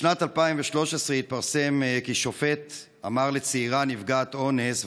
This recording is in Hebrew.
בשנת 2013 התפרסם כי שופט אמר לצעירה נפגעת אונס,